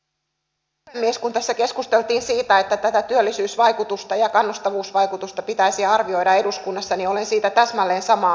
kun tässä keskusteltiin siitä että tätä työllisyysvaikutusta ja kannustavuusvaikutusta pitäisi arvioida eduskunnassa niin olen siitä täsmälleen samaa mieltä